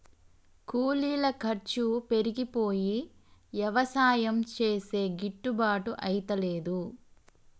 కూలీల ఖర్చు పెరిగిపోయి యవసాయం చేస్తే గిట్టుబాటు అయితలేదు